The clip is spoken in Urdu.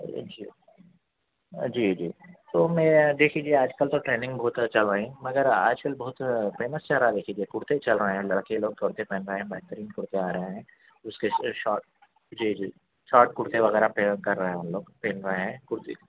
جی جی جی تو میں دیکھ ہی لیا آج کل تو ٹریننگ بہت اچھا چل رہے ہیں مگر آج کل بہت پینس چل رہا ہے لیکن کُرتے چل رہے ہیں لڑکے لوگ پہن رہے ہیں بہترین کرتے آ رہے ہیں اس کے شارٹ جی جی شارٹ کُرتے وغیرہ پہ کر رہے ہم لوگ پہن رہے ہیں کرتی